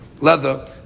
leather